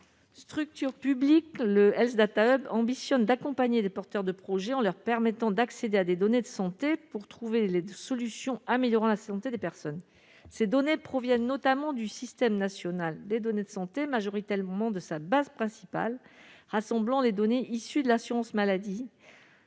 structure publique, le Health Data hub ambitionne d'accompagner des porteurs de projets, en leur permettant d'accéder à des données de santé pour trouver les solutions améliorant la santé des personnes ces données proviennent notamment du système national des données de santé majoritairement de sa base principale rassemblant les données issues de l'assurance maladie,